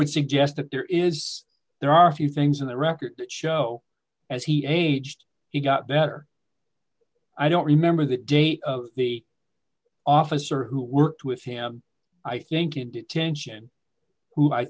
would suggest that there is there are a few things in the record that show as he aged he got better i don't remember the date the officer who worked with him i think in detention who i